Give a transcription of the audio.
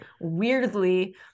weirdly